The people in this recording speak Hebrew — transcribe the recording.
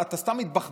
אתה סתם מתבחבש,